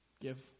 give